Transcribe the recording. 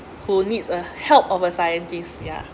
who needs a help of a scientist yeah